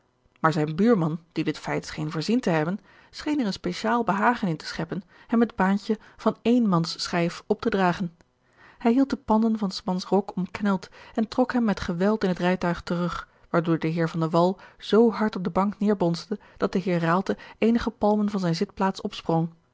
maar zijn buurman die dit feit scheen voorzien te hebben scheen er een speciaal behagen in te scheppen hem het baantje van één man's schijf op te dragen hij hield de panden van's mans rok omkneld en trok hem met geweld in het rijtuig terug waardoor de heer van de wall z hard op de bank neêrbonsde dat de heer raalte eenige palmen van zijne zitplaats opsprong